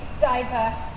diverse